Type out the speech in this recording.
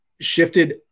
shifted